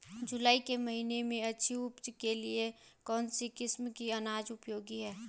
जुलाई के महीने में अच्छी उपज के लिए कौन सी किस्म के अनाज उपयोगी हैं?